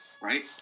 Right